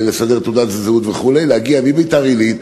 תעודת זהות וכו' להגיע מביתר-עילית,